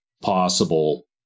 possible